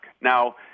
Now